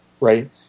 Right